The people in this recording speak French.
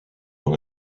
dans